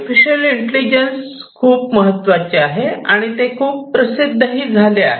artificial intelligence खूप महत्त्वाचे आहे आणि ते खूप प्रसिद्ध झाले आहे